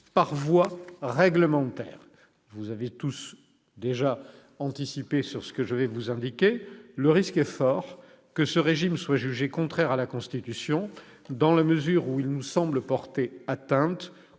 par voie réglementaire. Vous avez déjà tous anticipé ce que je vais maintenant vous dire : le risque est fort que ce régime soit jugé contraire à la Constitution, dans la mesure où il nous semble porter atteinte